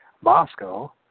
Moscow